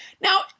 Now